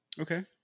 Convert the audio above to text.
Okay